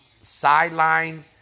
sideline